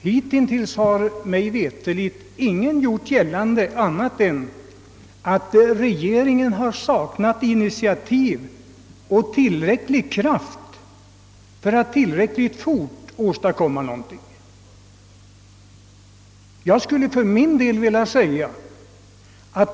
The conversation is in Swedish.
Hitintills har mig veterligt ingen gjort gällande annat än att regeringen har saknat initiativ och kraft för att tillräckligt fort åstadkomma någonting.